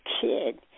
kid